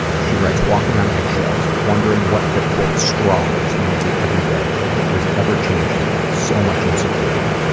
ah she writes walking on eggshells, wondering what the straw was going to be every day, it was ever-changing. so much insecurity.